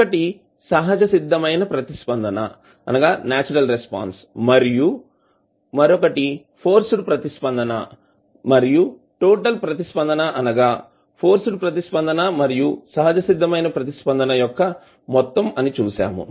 ఒకటి సహజసిద్దమైన ప్రతిస్పందన మరియు మరొకటి ఫోర్స్డ్ ప్రతిస్పందన మరియు టోటల్ ప్రతిస్పందన అనగా ఫోర్స్డ్ ప్రతిస్పందన మరియు సహజసిద్దమైన ప్రతిస్పందన యొక్క మొత్తం అని చూశాము